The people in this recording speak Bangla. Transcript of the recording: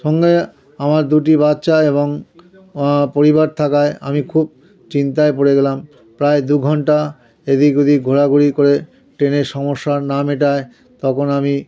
সঙ্গে আমার দুটি বাচ্চা এবং পরিবার থাকায় আমি খুব চিন্তায় পড়ে গেলাম প্রায় দু ঘন্টা এদিক ওদিক ঘোরাঘুরি করে ট্রেনের সমস্যার না মেটায় তখন আমি